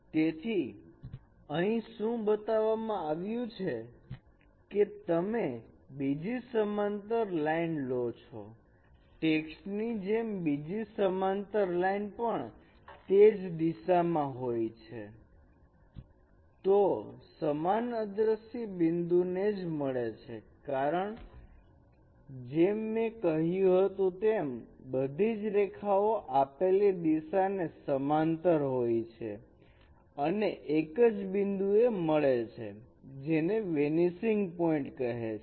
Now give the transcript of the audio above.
તેથી અહીં શું બતાવવામાં આવ્યું છે કે તમે બીજી સમાંતર લાઇન લો છોટેક્સ્ટ ની જેમ બીજી સમાંતર લાઇન પણ પતે જ દિશા માં હોય છે તો સમાન અદ્રશ્ય બિંદુને જ મળે છે કારણકે જેમ મેં કહ્યું હતું તેમ બધી જ રેખાઓ આપેલી દિશાને સમાંતર હોય છે અને એક જ બિંદુ એ મળે છે જેને વેનીસિંગ પોઇન્ટ કહે છે